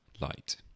light